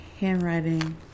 handwriting